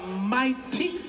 mighty